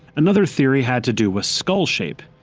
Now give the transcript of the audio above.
another theory had to do with skull shape.